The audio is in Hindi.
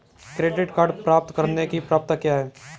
क्रेडिट कार्ड प्राप्त करने की पात्रता क्या है?